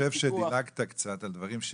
אני חושב שדילגת קצת על דברים,